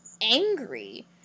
angry